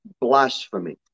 blasphemy